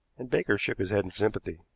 and baker shook his head in sympathy.